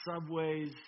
subways